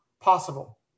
possible